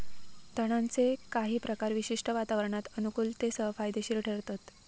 तणांचे काही प्रकार विशिष्ट वातावरणात अनुकुलतेसह फायदेशिर ठरतत